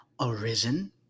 arisen